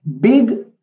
Big